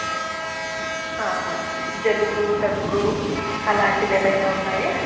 జలుబు దగ్గు అలాంటివి ఏమన్న ఉన్నాయా